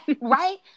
right